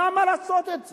למה לעשות את זה?